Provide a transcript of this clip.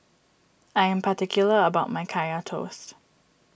I am particular about my Kaya Toast